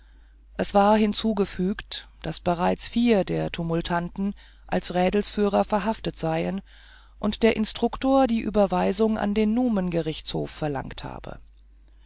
es war hinzugefügt daß bereits vier der tumultuanten als rädelsführer verhaftet seien und der instruktor die überweisung an den numengerichtshof verlangt habe